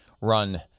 run